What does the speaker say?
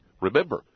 Remember